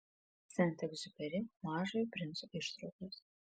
senti egziuperi mažojo princo ištraukos